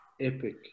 epic